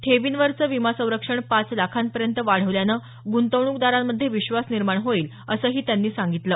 ठेवींवरच विमा संरक्षण पाच लाखांपर्यंत वाढवल्यानं ग्रंतवण्कदारांमध्ये विश्वास निर्माण होईल असंही त्यांनी सांगितलं